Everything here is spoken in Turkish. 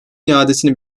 iadesini